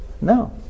No